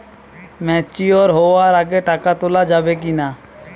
Mature হওয়ার আগে টাকা তোলা যাবে কিনা?